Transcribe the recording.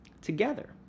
together